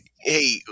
Hey